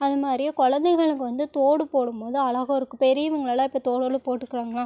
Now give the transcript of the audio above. அது மாதிரி குழந்தைங்களுக்கு வந்து தோடு போடும் போது அழகாக இருக்கும் பெரியவங்கள்லாம் இப்போ தோடோடயே போட்டுக்கிறாங்களா